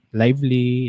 lively